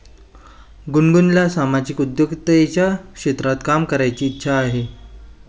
गुनगुनला सामाजिक उद्योजकतेच्या क्षेत्रात काम करण्याची इच्छा होती